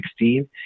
2016